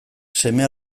seme